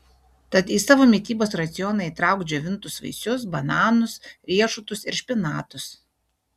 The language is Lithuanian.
tad į savo mitybos racioną įtrauk džiovintus vaisius bananus riešutus ir špinatus